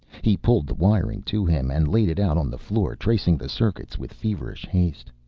he pulled the wiring to him and laid it out on the floor, tracing the circuits with feverish haste.